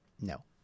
No